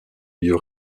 lieu